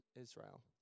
Israel